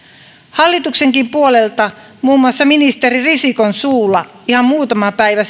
hallituksenkin puolelta muun muassa ministeri risikon suulla ihan muutama päivä